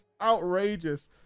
outrageous